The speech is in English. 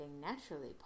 naturally